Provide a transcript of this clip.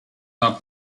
are